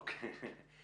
אוקיי.